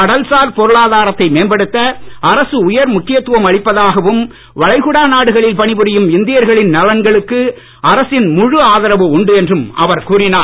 கடல்சார் பொருளாதாரத்தை மேம்படுத்த அரசு உயர் முக்கியத்துவம் அளிப்பதாகவும் வளைகுடா நாடுகளில் பணிபுரியும் இந்தியர்களின் நலன்களுக்கு அரசின் முழு ஆதரவு உண்டு என்றும் அவர் கூறினார்